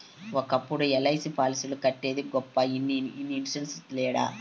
ఒకప్పుడు ఎల్.ఐ.సి పాలసీలు కట్టేదే గొప్ప ఇన్ని ఇన్సూరెన్స్ లేడ